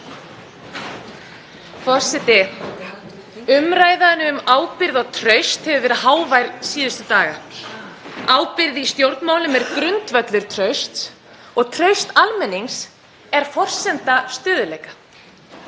Forseti. Umræðan um ábyrgð og traust hefur verið hávær síðustu daga. Ábyrgð í stjórnmálum er grundvöllur trausts og traust almennings er forsenda stöðugleika.